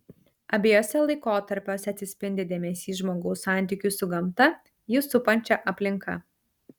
abiejuose laikotarpiuose atsispindi dėmesys žmogaus santykiui su gamta jį supančia aplinka